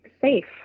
safe